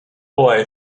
boy